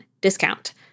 discount